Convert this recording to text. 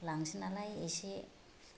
लांसै नालाय एसे